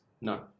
No